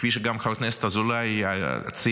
כפי שגם חבר הכנסת אזולאי ציין,